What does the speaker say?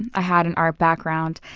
i had an art background.